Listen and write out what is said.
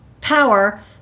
power